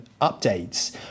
updates